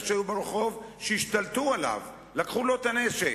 שהיו ברחוב שהשתלטו עליו ולקחו לו את הנשק.